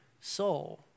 soul